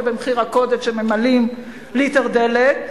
ובמחיר ה"קוטג'" הם ממלאים ליטר דלק.